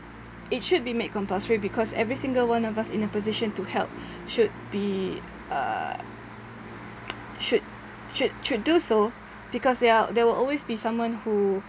it should be made compulsory because every single one of us in a position to help should be uh should should should do so because there are there will always be someone who